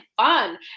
fun